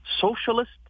socialist